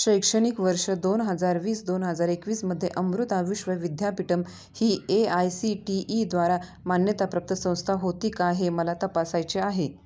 शैक्षणिक वर्ष दोन हजार वीस दोन हजार एकवीसमध्ये अमृता विश्व विद्यापीठम् ही ए आय सी टी ईद्वारा मान्यताप्राप्त संस्था होती का हे मला तपासायचे आहे